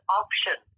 option